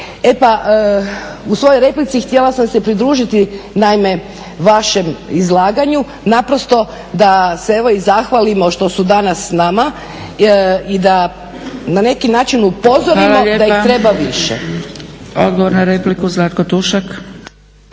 E pa, u svojoj repici htjela sam se pridružiti naime vašem izlaganju naprosto da se evo i zahvalimo što su danas s nama i da na neki način upozorimo da ih treba više. **Zgrebec, Dragica (SDP)** Odgovor na repliku Zlatko Tušak.